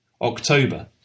October